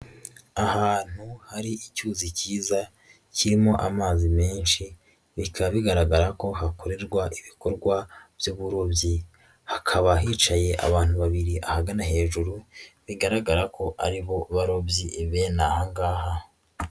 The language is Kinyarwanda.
Ahantu hari icyuzi cyiza kirimo amazi menshi, bikaba bigaragara ko hakorerwa ibikorwa by'uburobyi, hakaba hicaye abantu babiri ahagana hejuru bigaragara ko ari bo barobyi bene ahangaha.